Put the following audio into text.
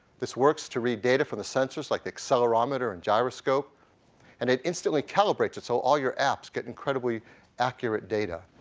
this works to read data from the sensors like the accelerometer and gyroscope and it instantly calibrates it so all your apps get incredibly accurate data.